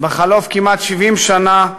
בחלוף כמעט 70 שנה,